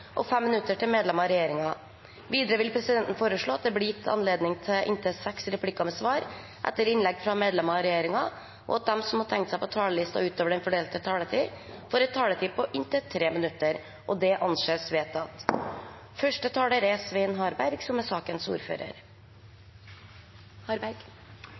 og 3 minutter til medlemmer av regjeringen. Videre vil presidenten foreslå at det blir gitt anledning til inntil seks replikker med svar etter innlegg fra medlemmer av regjeringen, og at de som måtte tegne seg på talerlisten utover den fordelte taletid, får en taletid på inntil 3 minutter. – Det anses vedtatt. Bakgrunnen for forslagene som fremmes i representantforslaget, er